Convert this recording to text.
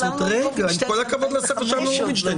עם כל הכבוד לספר של אמנון רובינשטיין,